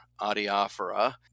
adiaphora